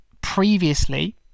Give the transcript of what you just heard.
previously